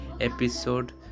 episode